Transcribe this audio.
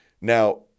Now